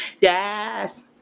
Yes